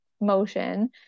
motion